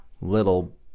little